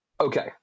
Okay